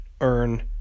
earn